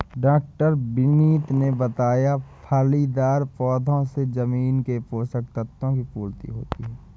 डॉ विनीत ने बताया फलीदार पौधों से जमीन के पोशक तत्व की पूर्ति होती है